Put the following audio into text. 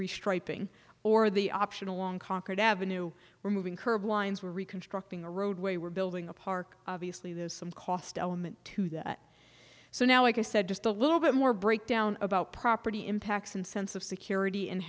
restricting or the optional long conquered avenue where moving curb lines were reconstructing a roadway we're building a park obviously there's some cost element to that so now i said just a little bit more breakdown about property impacts and sense of security and